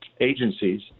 agencies